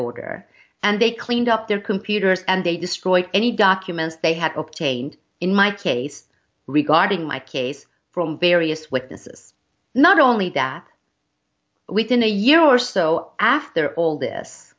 order and they cleaned up their computers and they destroyed any documents they had obtained in my case regarding my case from various witnesses not only that within a year or so after all this